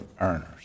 earners